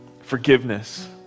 forgiveness